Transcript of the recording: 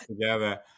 together